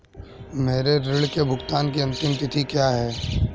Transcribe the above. मेरे ऋण के भुगतान की अंतिम तिथि क्या है?